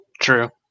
True